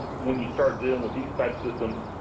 when you start dealing with these type systems,